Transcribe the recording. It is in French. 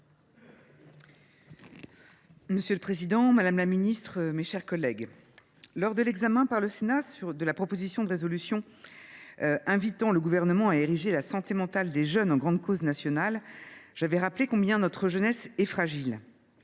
Monsieur le président, madame la ministre, mes chers collègues, lors de l’examen par le Sénat de la proposition de résolution invitant le Gouvernement à ériger la santé mentale des jeunes en grande cause nationale, j’avais rappelé combien notre jeunesse était fragile.